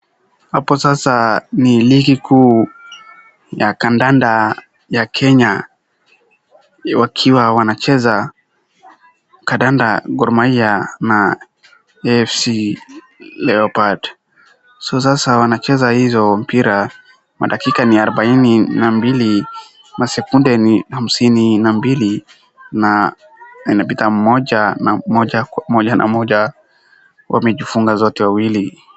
Ligi kuu ya kandanda ya Kenya. Wakiwa wanacheza kandanda Gor Mahia na AFC Leopards. Wanacheza hizo mpira dakika ni arobaini na mbili na sekunde hamnsini na mbili na inapita moja kwa moja wamefunga wote wawili.